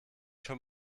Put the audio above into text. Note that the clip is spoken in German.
schon